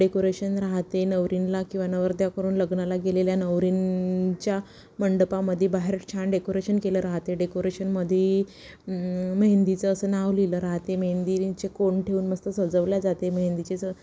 decoration राहतेे नवरींला किंवा नवरदेवा कडून लग्नाला गेलेल्या नवरींच्या मंडपामध्ये बाहेर छान डेकोरेशन केलं राहते डेकोरेशनमध्ये मेहेंदीचं असं नाव लिहिलं राहाते मेहंदीचे कोन ठेवून मस्त सजवल्या जाते मेहेंदीचेचं